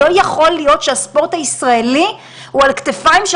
לא יכול להיות שהספורט הישראלי הוא על כתפיים של